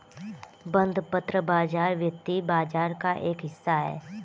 बंधपत्र बाज़ार वित्तीय बाज़ार का एक हिस्सा है